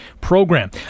program